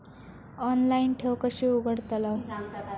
Online ठेव कशी उघडतलाव?